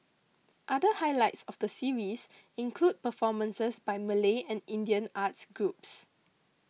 other highlights of the series include performances by Malay and Indian arts groups